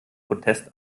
protest